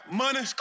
money